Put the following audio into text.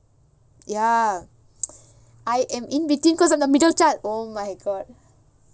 ya I am in between cause I'm the middle chart oh my god